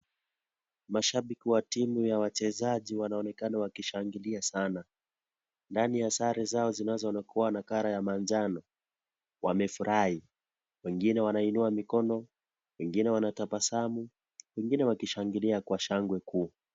Mashabiki wa timu ya wachezaji wanaonekana wakishangilia sana, ndani ya sare zao zinazokuwa na colour ya manjano wamefurahi, wengine wanainua mikono, wengine wanatabasamu wengine wakishangilia kwa shangwe kuu.